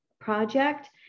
project